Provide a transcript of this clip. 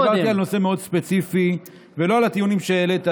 דיברתי על נושא מאוד ספציפי ולא על הטיעונים שהעלית.